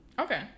Okay